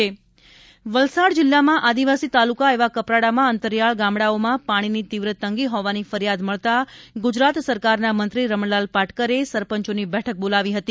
કપરાડા જળસંકટ સમીક્ષા બેઠક વલસાડ જિલ્લામાં આદિવાસી તાલુકા એવા કપરાડામાં અંતરિયાળ ગામડાઓમાં પાણીની તીવ્ર તંગી હોવાની ફરિયાદ મળતા ગુજરાત સરકારના મંત્રી રમણલાલ પાટકરે સરપંચોની બેઠક બોલાવી હતી